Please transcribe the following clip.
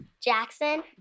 Jackson